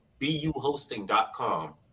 buhosting.com